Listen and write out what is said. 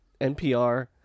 NPR